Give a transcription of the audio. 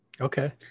Okay